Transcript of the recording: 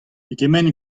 pegement